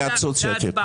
לא נעשה אומדן עד עכשיו?